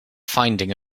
finding